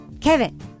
Kevin